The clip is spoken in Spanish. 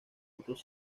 otros